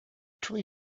tree